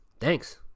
Thanks